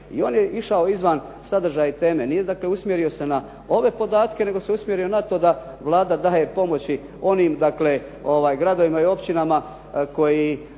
i on je išao izvan sadržaja i teme, nije dakle usmjerio se na ove podatke nego se usmjerio na to da Vlada daje pomoći onim dakle gradovima i općinama koji